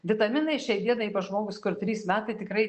vitaminai šiai dienai pas žmogus kur trys metai tikrai